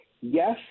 Yes